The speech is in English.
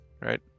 right